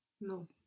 No